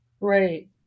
Right